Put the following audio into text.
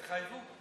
התחייבו.